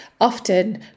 often